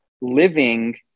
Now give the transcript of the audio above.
living